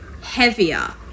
heavier